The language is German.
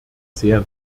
sehr